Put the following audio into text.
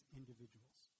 individuals